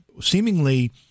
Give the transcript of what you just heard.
seemingly